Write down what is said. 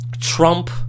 Trump